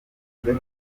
gusura